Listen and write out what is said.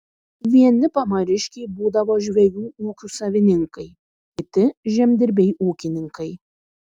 vieni pamariškiai būdavo žvejų ūkių savininkai kiti žemdirbiai ūkininkai